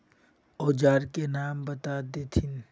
औजार के नाम बता देथिन?